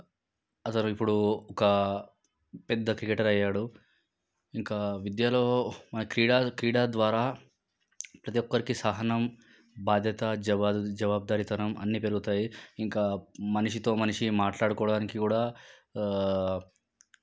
అతను ఇప్పుడు ఒక పెద్ద క్రికెటర్ అయ్యాడు ఇంకా విద్యలో మన క్రీడ క్రీడ ద్వారా ప్రతి ఒక్కరికి సహనం బాధ్యత జవా జవాబుదారితనం అన్నీ పెరుగుతాయి ఇంకా మనిషితో మనిషి మాట్లాడుకోవడానికి కూడా